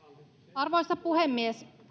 arvoisa puhemies